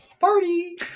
Party